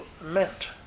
meant